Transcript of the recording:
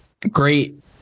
Great